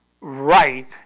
right